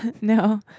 No